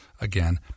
again